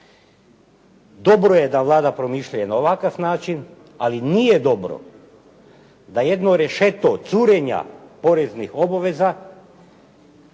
Dobro je da Vlada promišlja i na ovakav način, ali nije dobro da jedno rešeto curenja poreznih obveza